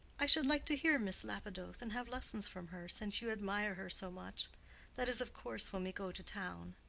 i should like to hear miss lapidoth and have lessons from her, since you admire her so much that is, of course, when we go to town.